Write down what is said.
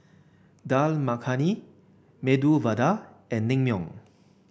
Dal Makhani Medu Vada and Naengmyeon